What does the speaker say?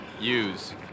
use